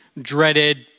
dreaded